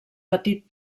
petit